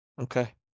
Okay